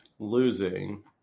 Losing